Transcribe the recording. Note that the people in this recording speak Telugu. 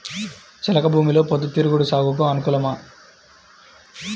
చెలక భూమిలో పొద్దు తిరుగుడు సాగుకు అనుకూలమా?